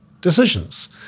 decisions